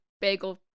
bagel